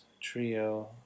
trio